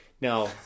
now